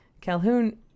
Calhoun